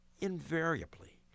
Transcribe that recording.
Invariably